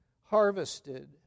harvested